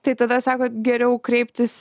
tai tada sakot geriau kreiptis